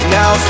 Now